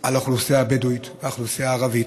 על האוכלוסייה הבדואית, על האוכלוסייה הערבית,